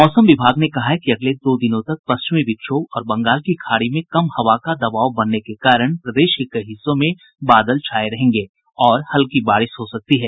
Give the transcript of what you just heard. मौसम विभाग ने कहा है कि अगले दो दिनों तक पश्चिमी विक्षोभ और बंगाल की खाड़ी में कम हवा का दबाव बनने के कारण प्रदेश के कई हिस्सों में बादल छाये रहेंगे और हल्की बारिश हो सकती है